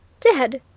dead!